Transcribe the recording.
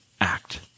act